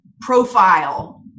profile